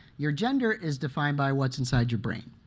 your gender is defined by what's inside your brain.